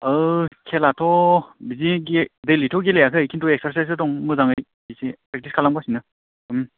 खेलाथ' बिदि गे देइलिथ' गेलेयाखै खिन्थु एक्सारसाइसआ दं मोजाङैनो एसे प्रेकटिस खालामगासिनो